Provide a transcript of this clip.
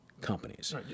Companies